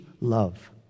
love